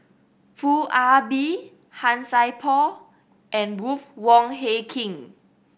Foo Ah Bee Han Sai Por and Ruth Wong Hie King